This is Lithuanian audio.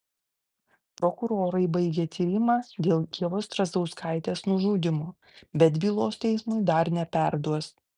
prokurorai baigė tyrimą dėl ievos strazdauskaitės nužudymo bet bylos teismui dar neperduos